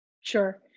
Sure